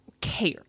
care